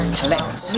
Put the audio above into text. collect